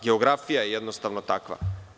Geografija je jednostavno takva.